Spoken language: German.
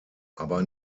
aber